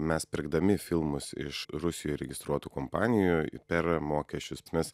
mes pirkdami filmus iš rusijoj registruotų kompanijų per mokesčius mes